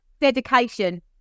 Dedication